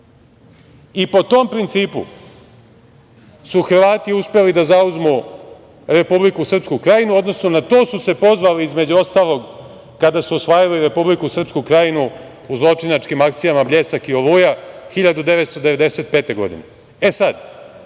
Po tom principu su Hrvati uspeli da zauzmu Republiku srpsku Krajinu, u odnosu na to su se pozvali između ostalog kada su osvajali Republiku srpsku Krajinu u zločinačkim akcijama „Bljesak“ i „Oluja“ 1995. godine.E sada,